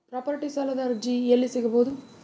Property ಸಾಲದ ಅರ್ಜಿ ಎಲ್ಲಿ ಸಿಗಬಹುದು?